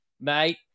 Mate